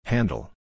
Handle